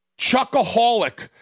Chuckaholic